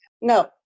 No